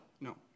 No